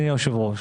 אני היושב-ראש.